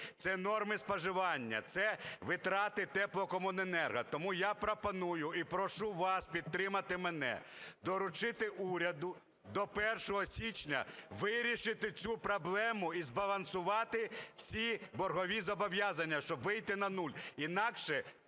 це норми споживання, це витрати "Теплокомуненерго". Тому я пропоную і прошу вас підтримати мене: доручити уряду до 1 січня вирішити цю проблему і збалансувати всі боргові зобов'язання, щоб вийти на нуль. Інакше